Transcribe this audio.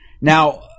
Now